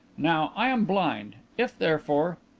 now i am blind. if, therefore?